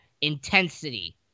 intensity